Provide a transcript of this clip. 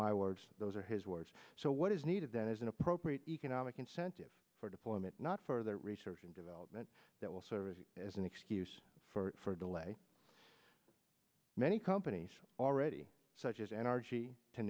my words those are his words so what is needed then is an appropriate economic incentive for deployment not further research and development that will serve as an excuse for a delay many companies already such as an argy to